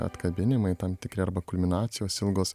atkabinimai tam tikri arba kulminacijos ilgos